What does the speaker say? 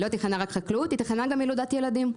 שלא תכננה רק חקלאות, היא תכננה גם ילודת ילדים.